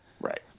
Right